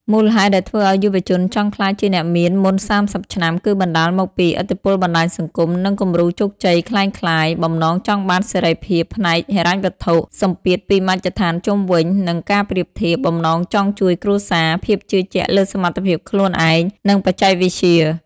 មូលហេតុដែលធ្វើឲ្យយុវជនចង់ក្លាយជាអ្នកមានមុន ៣០ ឆ្នាំគឺបណ្ដាលមកពី ឥទ្ធិពលបណ្តាញសង្គម និងគំរូជោគជ័យក្លែងក្លាយ បំណងចង់បានសេរីភាពហិរញ្ញវត្ថុ សម្ពាធពីមជ្ឈដ្ឋានជុំវិញ និងការប្រៀបធៀប បំណងចង់ជួយគ្រួសារ ភាពជឿជាក់លើសមត្ថភាពខ្លួនឯង និងបច្ចេកវិទ្យា។